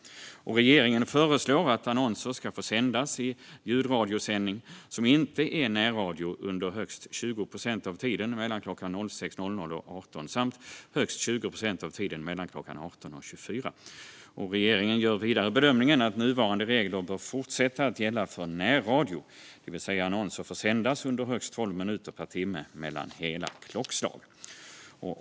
Regeringen föreslår att annonser ska få sändas i ljudradiosändning som inte är närradio under högst 20 procent av tiden mellan klockan 06.00 och 18.00 samt högst 20 procent av tiden mellan klockan 18.00 och 24.00. Regeringen gör vidare bedömningen att nuvarande regler bör fortsätta att gälla för närradio, det vill säga att annonser får sändas under högst tolv minuter per timme mellan hela klockslag.